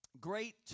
Great